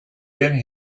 been